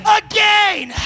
again